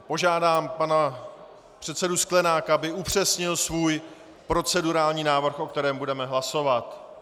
Požádám pana předsedu Sklenáka, aby upřesnil svůj procedurální návrh, o kterém budeme hlasovat.